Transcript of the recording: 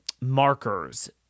markers